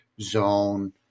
zone